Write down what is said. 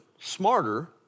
smarter